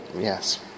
yes